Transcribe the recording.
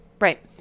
Right